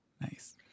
Nice